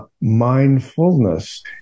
mindfulness